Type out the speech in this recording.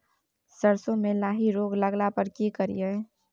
सरसो मे लाही रोग लगला पर की करिये?